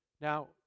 Now